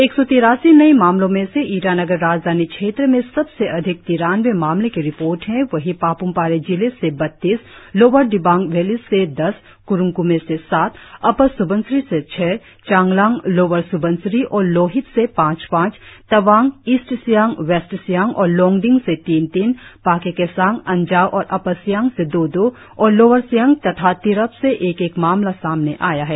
एक सौ तिरासी नए मामलों में से ईटानगर राजधानी क्षेत्र में सबसे अधिक तिरानबे मामले की रिपोर्ट है वहीं पाप्मपारे जिले से बत्तीस लोअर दिबांग वैली से दस क्रुंग क्मे से सात अपर स्बनसिरी से छह चांगलांग लोअर स्बनसिरी और लोहित से पांच पांच तवांग ईस्ट सियांग वेस्ट सियांग और लोंगडिंग से तीन तीन पाके केसांग अंजाव और अपर सियांग से दो दो और लोअर सियांग तथा तिरप से एक एक मामला सामने आया है